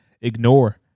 ignore